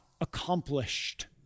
accomplished